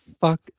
fuck